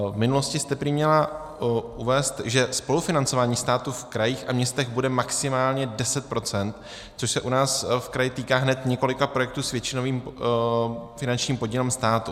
V minulosti jste prý měla uvést, že spolufinancování státu v krajích a městech bude maximálně 10 %, což se u nás v kraji týká hned několika projektů s většinovým finančním podílem státu.